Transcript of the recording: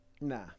Nah